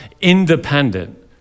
independent